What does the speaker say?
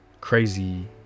crazy